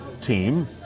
Team